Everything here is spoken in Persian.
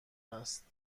است